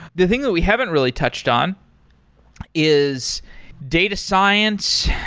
the thing that we haven't really touched on is data science,